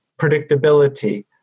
predictability